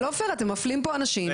אתם מפלים פה אנשים,